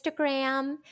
Instagram